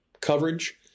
coverage